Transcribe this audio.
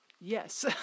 Yes